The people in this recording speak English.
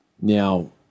Now